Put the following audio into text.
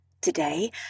Today